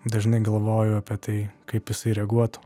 dažnai galvoju apie tai kaip jisai reaguotų